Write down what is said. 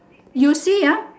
you see ah